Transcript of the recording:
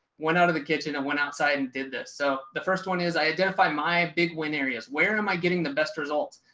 went out of the kitchen and went outside and did this. so the first one is identify my big win areas, where am i getting the best results?